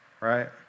right